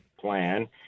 plan